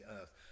earth